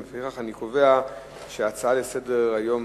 לפיכך אני קובע שהצעה זו לסדר-היום,